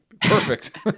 Perfect